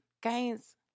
guys